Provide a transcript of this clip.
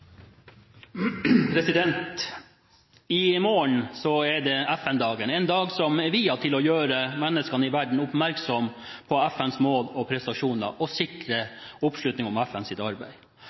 I morgen er det FN-dagen – en dag som er viet til å gjøre menneskene i verden oppmerksom på FNs mål og prestasjoner og sikre oppslutning om FNs arbeid.